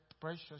precious